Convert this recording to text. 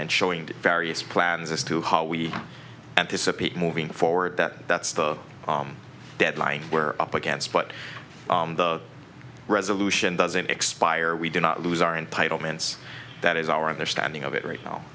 to various plans as to how we anticipate moving forward that that's the deadline we're up against but the resolution doesn't expire we do not lose our entitle minutes that is our understanding of it right now